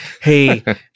hey